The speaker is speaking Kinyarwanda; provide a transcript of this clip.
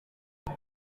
ngo